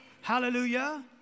Hallelujah